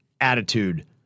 attitude